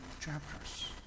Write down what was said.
chapters